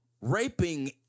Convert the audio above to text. raping